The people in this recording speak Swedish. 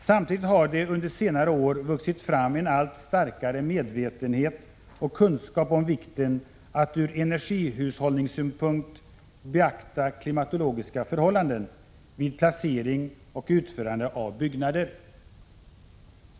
Samtidigt har det under senare år vuxit fram en allt starkare medvetenhet och kunskap om vikten av att från energihushållningssynpunkt beakta klimatologiska förhållanden vid placering och utförande av byggnader.